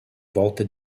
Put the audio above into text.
volta